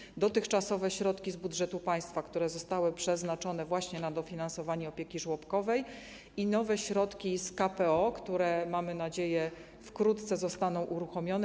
Chodzi o dotychczasowe środki z budżetu państwa, które zostały przeznaczone właśnie na dofinansowanie opieki żłobkowej, i nowe środki z KPO, które, mamy nadzieję, wkrótce zostaną uruchomione.